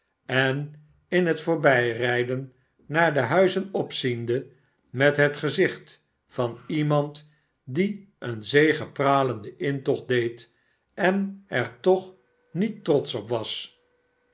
en in het voorbijrijden naar de huizen opziende met het gezicht van iemand die een zegepralenden mtocht deed en er toch niet trotsch op was